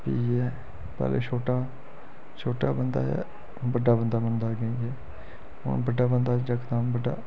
इ'यै पैह्ले छोटा छोटा बंदा ऐ बड्डा बंदा बनदा अग्गें जाइयै हूून बड्डा बंदा जकदम बड्डा